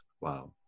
wow